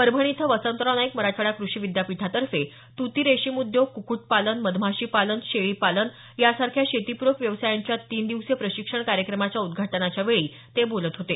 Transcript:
परभणी इथं वसंतराव नाईक मराठवाडा कृषी विद्यापीठातर्फे तुती रेशीम उद्योग कुक्कुट पालन मधमाशी पालन शेळीपालन यासारख्या शेतीपूरक व्यवसायांच्या तीन दिवसीय प्रशिक्षण कार्यक्रमाच्या उद्घाटनाच्या वेळी ते बोलत होते